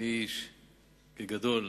כגדול,